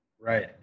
Right